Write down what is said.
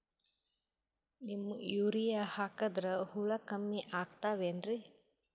Neem urea ಹಾಕದ್ರ ಹುಳ ಕಮ್ಮಿ ಆಗತಾವೇನರಿ?